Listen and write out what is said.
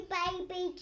baby